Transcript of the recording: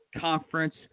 Conference